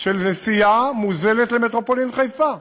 של נסיעה מוזלת למטרופולין חיפה.